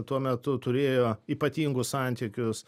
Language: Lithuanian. tuo metu turėjo ypatingus santykius